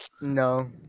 No